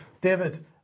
David